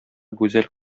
гүзәл